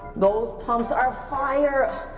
those pumps are fire,